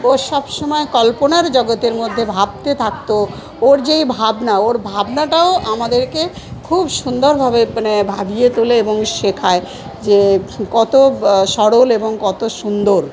ও সবসময় কল্পনার জগতের মধ্যে ভাবতে থাকতো ওর যে এই ভাবনা ওর ভাবনাটাও আমাদেরকে খুব সুন্দরভাবে মানে ভাবিয়ে তোলে এবং শেখায় যে কত সরল এবং কত সুন্দর